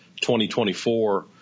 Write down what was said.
2024